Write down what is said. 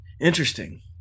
interesting